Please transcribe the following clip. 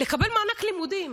לקבל מענק לימודים.